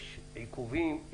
יש עיכובים,